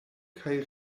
kaj